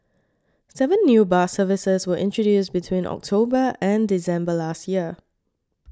seven new bus services were introduced between October and December last year